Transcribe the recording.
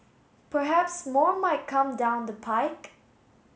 perhaps more might come down the pike